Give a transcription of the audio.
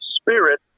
Spirit